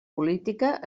política